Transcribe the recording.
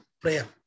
prayer